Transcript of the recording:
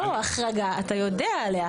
לא, החרגה אתה יודע עליה.